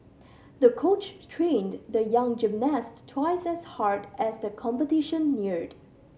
the coach trained the young gymnast twice as hard as the competition neared